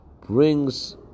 brings